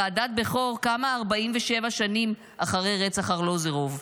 ועדת בכור קמה 47 שנים אחרי רצח ארלוזורוב,